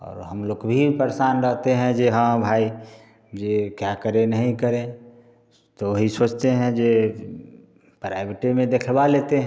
और हम लोग के भी परेशान रहते हैं जे हाँ भाई जे क्या करें नहीं करें तो वही सोचते हैं जे प्राइवेटे में दिखवा लेते हैं